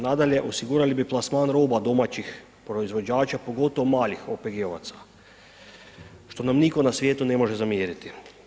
Nadalje, osigurali bi plasman roba domaćih proizvođača, pogotovo malih OPG-ovaca, što nam nitko na svijetu ne može zamjeriti.